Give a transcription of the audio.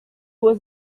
was